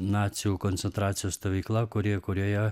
nacių koncentracijos stovykla kuri kurioje